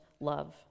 love